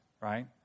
right